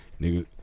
nigga